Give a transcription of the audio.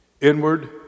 Inward